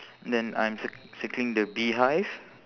then I'm cir~ circling the beehive